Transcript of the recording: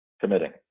committing